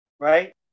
Right